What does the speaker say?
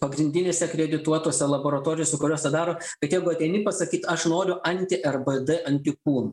pagrindinėse akredituotose laboratorijose kurios tą daro kad jei ateini pasakyt aš noriu anti rbd antikūnų